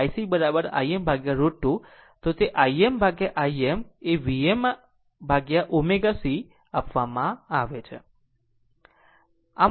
આમ IC Im√ 2 અને આ છે ImIm એ Vm Vm1ω C આપવામાં આવે છે